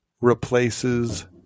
replaces